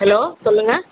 hello சொல்லுங்கள்